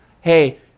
hey